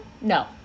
No